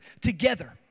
together